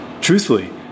Truthfully